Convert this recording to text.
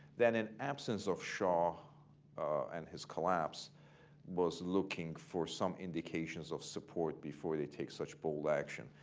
that in absence of shah and his collapse was looking for some indications of support before they'd take such bold action.